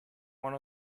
one